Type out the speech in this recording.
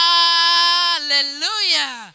Hallelujah